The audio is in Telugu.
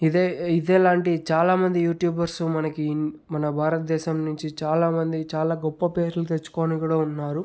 ఇదే ఇదేలాంటి చాలా మంది యూట్యూబర్స్ మనకి మన భారతదేశం నుంచి చాలా మంది చాలా గొప్పపేర్లు తెచ్చుకొని కూడా ఉన్నారు